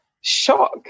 shock